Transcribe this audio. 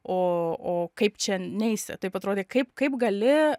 o o kaip čia neisi taip atrodė kaip kaip gali